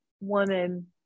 woman